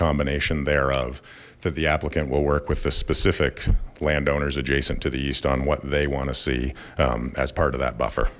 combination thereof that the applicant will work with the specific landowners adjacent to the east on what they want to see as part of that buffer